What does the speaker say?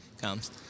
comes